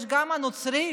יש גם נוצרים,